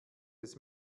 des